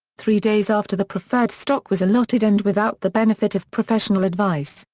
three days after the preferred stock was allotted and without the benefit of professional advice,